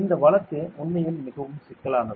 இந்த வழக்கு உண்மையில் மிகவும் சிக்கலானது